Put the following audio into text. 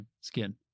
skin